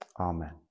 Amen